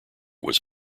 was